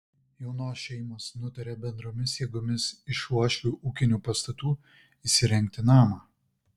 jaunos šeimos nutarė bendromis jėgomis iš uošvių ūkinių pastatų įsirengti namą